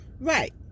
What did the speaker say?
Right